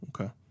okay